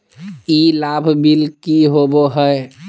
ई लाभ बिल की होबो हैं?